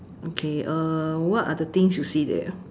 okay uh what are the things you see there